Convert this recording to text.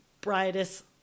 brightest